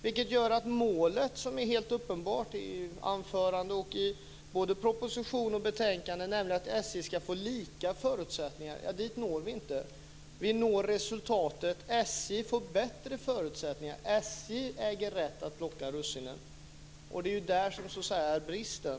Det gör att målet, som är helt uppenbart i anförande, proposition och betänkande, nämligen att SJ ska få lika förutsättningar, når vi inte. Vi når resultatet att SJ får bättre förutsättningar, att SJ äger rätt att plocka russinen. Det är det som är bristen.